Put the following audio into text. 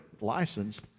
License